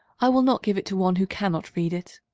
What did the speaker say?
i will not give it to one who cannot read it.